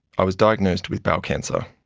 i was diagnosed with bowel cancer.